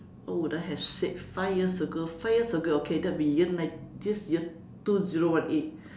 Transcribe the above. what would I have said five years ago five years ago okay that will be year nine~ this year two zero one eight